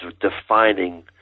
defining